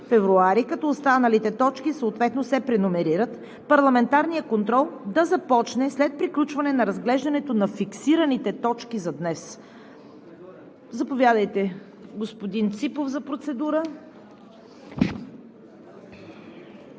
като останалите точки съответно се преномерират. Парламентарният контрол да започне след приключване на разглеждането на фиксираните точки за днес. Заповядайте, господин Ципов, за процедура.